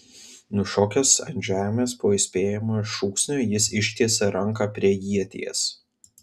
nušokęs ant žemės po įspėjamojo šūksnio jis ištiesė ranką prie ieties